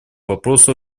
вопросу